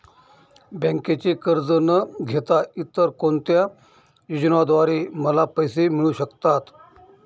बँकेचे कर्ज न घेता इतर कोणत्या योजनांद्वारे मला पैसे मिळू शकतात?